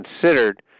considered